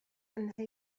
أنهيت